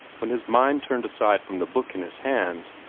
when his mind turned aside from the book in his hands,